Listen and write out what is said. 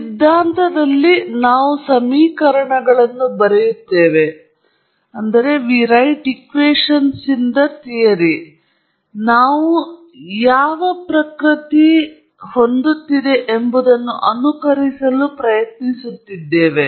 ಸಿದ್ಧಾಂತದಲ್ಲಿ ನಾವು ಸಮೀಕರಣಗಳನ್ನು ಬರೆಯುತ್ತಿದ್ದೆವು ನಾವು ಯಾವ ಪ್ರಕೃತಿ ಪ್ರಯತ್ನಿಸುತ್ತಿದೆ ಎಂಬುದನ್ನು ಅನುಕರಿಸಲು ಪ್ರಯತ್ನಿಸುತ್ತಿದ್ದೇವೆ